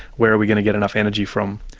where are we going to get enough energy from?